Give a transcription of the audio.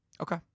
Okay